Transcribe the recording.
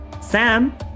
Sam